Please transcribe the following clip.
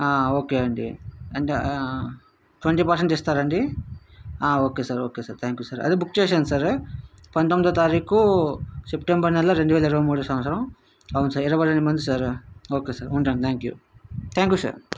okay అండి అంటే twenty percent ఇస్తారు అండి okay sir okay sir thank you sir అదే బుక్ చేసేయండి సార్ పంతొమ్మిదో తారీఖు సెప్టెంబర్ నెల రెండు వేల ఇరవై మూడవ సంవత్సరం అవును సార్ ఇరవై రెండు మంది సార్ ఓకే సార్ ఉంటాను thank you thank you sir